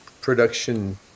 production